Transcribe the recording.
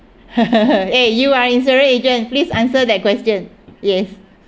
eh you are insurance agent please answer that question yes